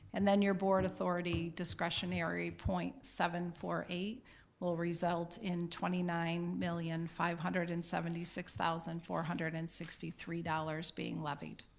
and then your board authority discretionary point seven four eight will result in twenty nine million five hundred and seventy six thousand four hundred and sixty three dollars being levied.